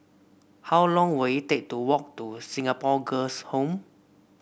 how long will it take to walk to Singapore Girls' Home